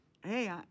Hey